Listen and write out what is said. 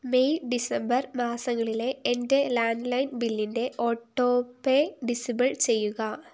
May December മാസങ്ങളിലെ എൻ്റെ landline ബില്ലിൻ്റെ ഓട്ടോ പേ ഡിസബിൾ ചെയ്യുക